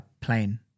plane